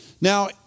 Now